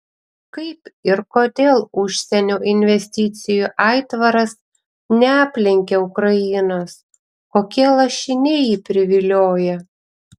kaip ir kodėl užsienio investicijų aitvaras neaplenkia ukrainos kokie lašiniai jį privilioja